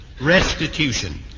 restitution